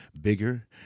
bigger